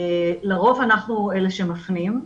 לרוב אנחנו אלה שמפנים,